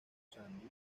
sarandí